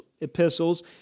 epistles